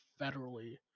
federally